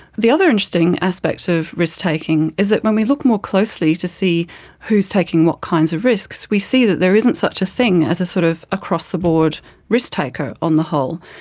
the other interesting aspect of risk-taking is that when we look more closely to see who's taking what kinds of risks we see that there isn't such a thing as an sort of across-the-board risk taker on the whole.